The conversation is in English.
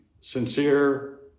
sincere